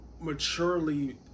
maturely